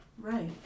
Right